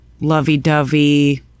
lovey-dovey